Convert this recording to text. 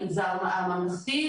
למגזר הממלכתי,